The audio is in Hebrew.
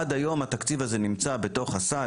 עד היום התקציב הזה נמצא בתוך הסל,